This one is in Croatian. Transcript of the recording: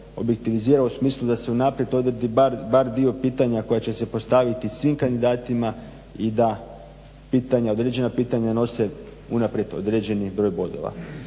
u smislu da se unaprijed odredi bar dio pitanja koja će se postaviti svim kandidatima i da određena pitanja nose unaprijed određeni broj bodova.